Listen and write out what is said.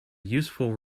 useful